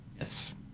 Yes